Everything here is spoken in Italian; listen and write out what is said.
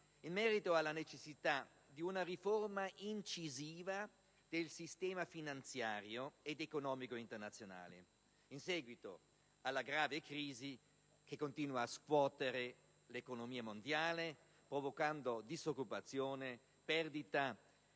in merito alla necessità di una riforma incisiva per il sistema finanziario ed economico internazionale in seguito alla grave crisi che continua a scuotere l'economia mondiale, provocando disoccupazione, perdita